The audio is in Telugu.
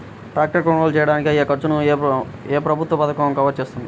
ట్రాక్టర్ కొనుగోలు చేయడానికి అయ్యే ఖర్చును ఏ ప్రభుత్వ పథకం కవర్ చేస్తుంది?